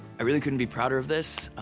i really couldn't be prouder of this,